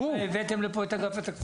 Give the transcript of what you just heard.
הבאתם לפה את אגף התקציבים?